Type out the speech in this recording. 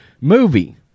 movie